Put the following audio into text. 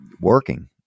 working